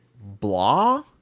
blah